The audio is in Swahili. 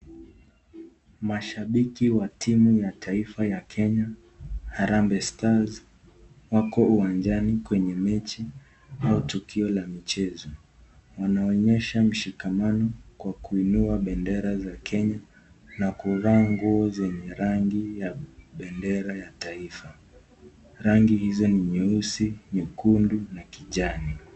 Mashabiki wa timu ya taifa ya Kenya ,Harambee Stars, wako uwanjani kwenye mechi au tukio la michezo. Wanaonyesha mshikamano kwa kuinua bendera za Kenya na kuvaa nguo zenye rangi ya bendera ya taifa. Rangi hizi ni nyeusi, nyekundu na kijani.